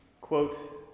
Quote